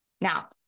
Now